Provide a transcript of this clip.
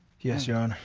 yes, your honor.